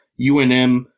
UNM